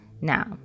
Now